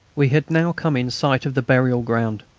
we had now come in sight of the burial-ground.